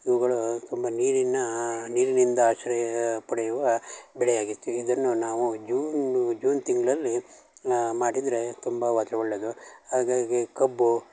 ಇವುಗಳು ತುಂಬ ನೀರಿನ ನೀರಿನಿಂದ ಆಶ್ರಯ ಪಡೆಯುವ ಬೆಳೆ ಆಗಿತ್ತು ಇದನ್ನು ನಾವು ಜೂನು ಜೂನ್ ತಿಂಗಳಲ್ಲಿ ಮಾಡಿದರೆ ತುಂಬವಾಗಿ ಒಳ್ಳೆಯದು ಹಾಗಾಗಿ ಕಬ್ಬು